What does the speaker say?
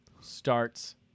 starts